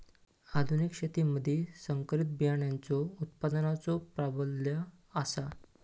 आधुनिक शेतीमधि संकरित बियाणांचो उत्पादनाचो प्राबल्य आसा